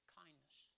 kindness